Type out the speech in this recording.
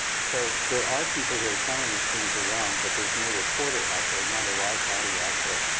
so there are people who are telling us things are wrong, but there's no reporter out there, not a live body out there.